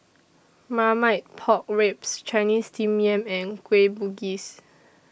Marmite Pork Ribs Chinese Steamed Yam and Kueh Bugis